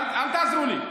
אל תעזרו לי.